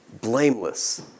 blameless